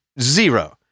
zero